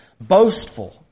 boastful